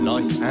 Life